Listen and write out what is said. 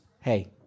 Hey